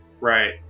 right